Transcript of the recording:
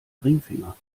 ringfinger